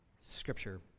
scripture